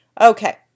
Okay